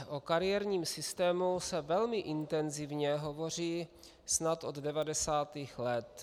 O kariérním systému se velmi intenzivně hovoří snad od 90. let.